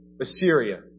Assyria